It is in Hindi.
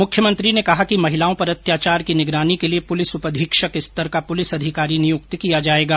मुख्यमंत्री ने कहा कि महिलाओं पर अत्याचार की निगरानी के लिये पुलिस उपअधीक्षक स्तर का पुलिस अधिकारी नियुक्त किया जायेगा